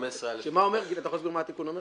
שמה אומר התיקון?